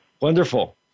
Wonderful